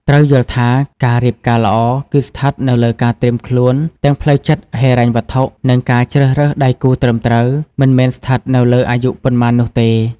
ត្រូវយល់ថា ការរៀបការល្អ គឺស្ថិតនៅលើការត្រៀមខ្លួនទាំងផ្លូវចិត្ត ហិរញ្ញវត្ថុ និងការជ្រើសរើសដៃគូត្រឹមត្រូវ មិនមែនស្ថិតនៅលើអាយុប៉ុន្មាននោះទេ ។